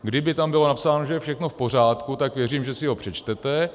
Kdyby tam bylo napsáno, že je všechno v pořádku, tak věřím, že si ho přečtete.